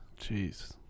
Jeez